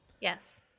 Yes